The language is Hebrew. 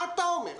מה אתה אומר?